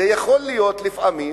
זה יכול להיות לפעמים